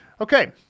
Okay